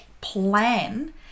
plan